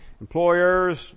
Employers